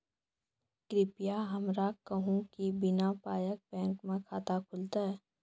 कृपया हमरा कहू कि बिना पायक बैंक मे खाता खुलतै?